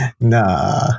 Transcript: nah